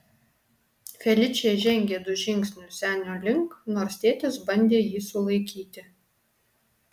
feličė žengė du žingsnius senio link nors tėtis bandė jį sulaikyti